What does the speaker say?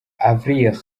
avril